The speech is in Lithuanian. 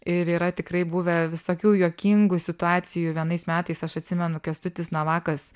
ir yra tikrai buvę visokių juokingų situacijų vienais metais aš atsimenu kęstutis navakas